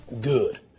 Good